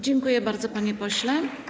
Dziękuję bardzo, panie pośle.